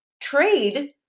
trade